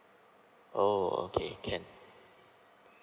oh okay can